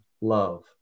love